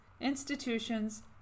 institutions